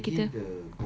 tapi bila kita